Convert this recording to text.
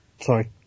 Sorry